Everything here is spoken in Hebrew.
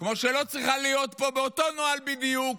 כמו שבאותו נוהל בדיוק